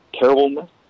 terribleness